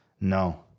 no